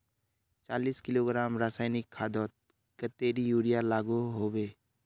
चालीस किलोग्राम रासायनिक खादोत कतेरी यूरिया लागोहो होबे?